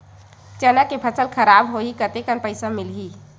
चना के फसल खराब होही कतेकन पईसा मिलही?